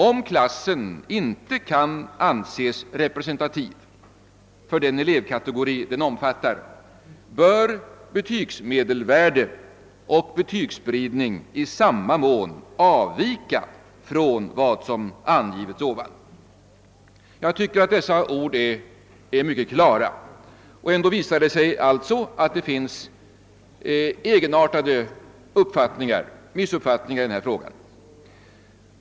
Om klassen inte kan anses representativ för den elevkategori den omfattar, bör betygsmedelvärde och betygsspridning i samma mån avvika från vad som angivits ovan. Enligt min mening är dessa ord mycket klara. Ändå visar det sig alltså att det föreligger egenartade missuppfattningar i denna fråga.